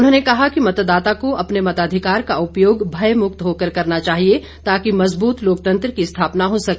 उन्होंने कहा कि मतदाता को अपने मताधिकार का उपयोग भयमुक्त होकर करना चाहिए ताकि मजबूत लोकतंत्र की स्थापना हो सके